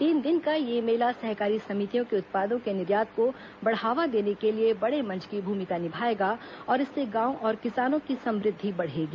तीन दिन का यह मेला सहकारी समितियों के उत्पादों के निर्यात को बढ़ावा देने के लिए बड़े मंच की भूमिका निभाएगा और इससे गांवों और किसानों की समृद्धि बढ़ेगी